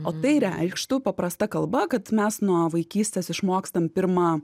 o tai reikštų paprasta kalba kad mes nuo vaikystės išmokstam pirma